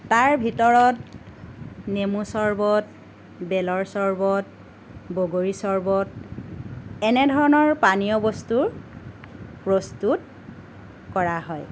তাৰ ভিতৰত নেমু চৰ্বত বেলৰ চৰ্বত বগৰী চৰ্বত এনেধৰণৰ পানীয় বস্তুৰ প্ৰস্তুত কৰা হয়